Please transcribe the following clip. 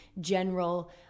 general